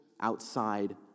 outside